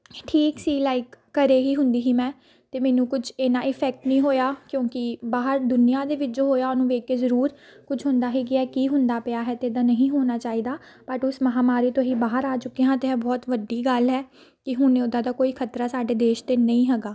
ਠੀਕ ਸੀ ਲਾਈਕ ਘਰ ਹੀ ਹੁੰਦੀ ਸੀ ਮੈਂ ਅਤੇ ਮੈਨੂੰ ਕੁਝ ਇੰਨਾਂ ਇਫੈਕਟ ਨਹੀਂ ਹੋਇਆ ਕਿਉਂਕਿ ਬਾਹਰ ਦੁਨੀਆ ਦੇ ਵਿੱਚ ਜੋ ਹੋਇਆ ਉਹਨੂੰ ਵੇਖ ਕੇ ਜ਼ਰੂਰ ਕੁਛ ਹੁੰਦਾ ਹੀ ਕੀ ਹੈ ਕੀ ਹੁੰਦਾ ਪਿਆ ਹੈ ਅਤੇ ਇੱਦਾਂ ਨਹੀਂ ਹੋਣਾ ਚਾਹੀਦਾ ਬਟ ਉਸ ਮਹਾਂਮਾਰੀ ਤੋਂ ਅਸੀਂ ਬਾਹਰ ਆ ਚੁੱਕੇ ਹਾਂ ਅਤੇ ਇਹ ਬਹੁਤ ਵੱਡੀ ਗੱਲ ਹੈ ਕਿ ਹੁਣ ਉੱਦਾਂ ਦਾ ਕੋਈ ਖਤਰਾ ਸਾਡੇ ਦੇਸ਼ ਦੇ ਨਹੀਂ ਹੈਗਾ